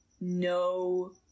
no